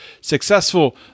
successful